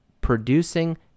producing